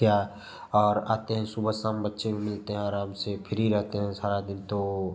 क्या और आते हैं सुबह शाम बच्चे मिलते हैं आराम से फ्री रहते हैं सारा दिन तो